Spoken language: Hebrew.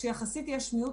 שהייתה קצת יותר מאוחרת,